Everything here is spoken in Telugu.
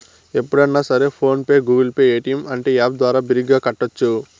ఎప్పుడన్నా సరే PhonePe Google Pay Paytm అంటే యాప్ ద్వారా బిరిగ్గా కట్టోచ్చు